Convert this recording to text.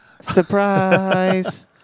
Surprise